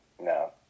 no